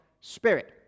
spirit